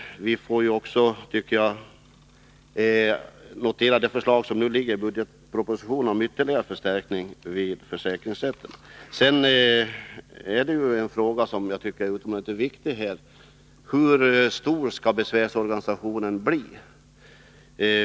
Jag tycker också att vi bör notera det förslag som nu föreligger i budgetpropositionen om ytterligare förstärkning vid försäkringsrätterna. En fråga som jag tycker är utomordentligt viktig är hur stor besvärsorganisationen skall bli.